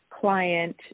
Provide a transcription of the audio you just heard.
client